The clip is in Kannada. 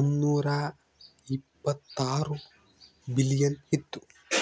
ಒಂದ್ನೂರಾ ಇಪ್ಪತ್ತಾರು ಬಿಲಿಯನ್ ಇತ್ತು